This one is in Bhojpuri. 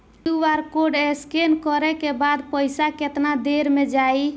क्यू.आर कोड स्कैं न करे क बाद पइसा केतना देर म जाई?